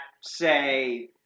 say